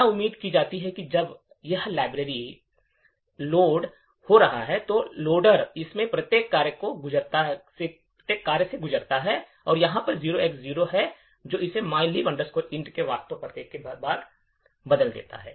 तो क्या उम्मीद की जाती है कि जब यह लाइब्रेरी लोड हो जाता है तो लोडर इनमें से प्रत्येक कार्य से गुजरता है और जहां भी 0X0 है वह इसे mylib int के वास्तविक पते के साथ बदल देगा